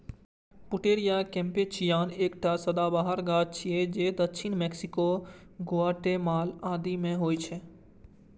Pouteria campechiana एकटा सदाबहार गाछ छियै जे दक्षिण मैक्सिको, ग्वाटेमाला आदि मे होइ छै